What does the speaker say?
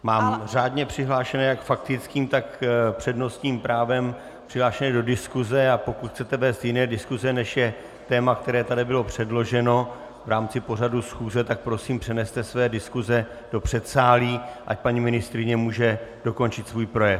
Mám řádně přihlášené jak k faktickým, tak s přednostním právem, přihlášené do diskuse, a pokud chcete vést jiné diskuse, než je téma, které tady bylo předloženo v rámci pořadu schůze, tak prosím přeneste své diskuse do předsálí, ať paní ministryně může dokončit svůj projev.